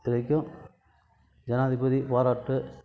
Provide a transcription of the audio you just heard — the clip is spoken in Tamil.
இது வரைக்கும் ஜனாதிபதி பாராட்டு